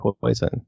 Poison